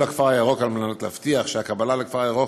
הכפר הירוק כדי להבטיח שהקבלה לכפר הירוק